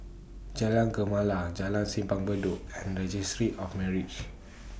Jalan Gemala Jalan Simpang Bedok and Registry of Marriages